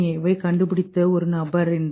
ஏவைக் கண்டுபிடித்த ஒரு நபர்என்று